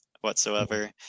whatsoever